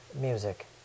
music